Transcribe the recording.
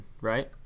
right